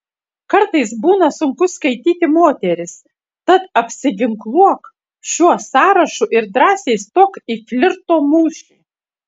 kartais būna sunku skaityti moteris tad apsiginkluok šiuo sąrašu ir drąsiai stok į flirto mūšį